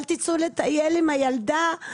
אל תצאו לטייל עם הילדה.